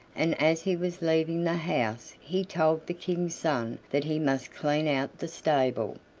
and as he was leaving the house he told the king's son that he must clean out the stable.